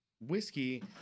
whiskey